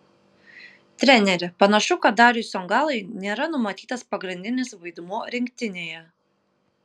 treneri panašu kad dariui songailai nėra numatytas pagrindinis vaidmuo rinktinėje